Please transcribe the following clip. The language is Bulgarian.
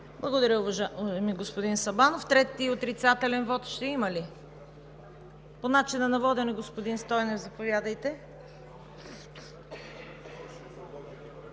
уважаеми господин Сабанов. Трети отрицателен вот ще има ли? Няма. По начина на водене – господин Стойнев, заповядайте.